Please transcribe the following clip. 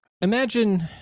imagine